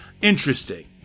interesting